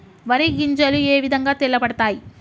వరి గింజలు ఏ విధంగా తెల్ల పడతాయి?